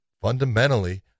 fundamentally